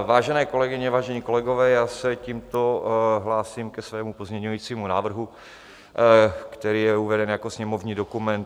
Vážené kolegyně, vážení kolegové, já se tímto hlásím ke svému pozměňovacímu návrhu, který je uveden jako sněmovní dokument 472.